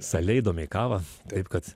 saliai domeikavą taip kad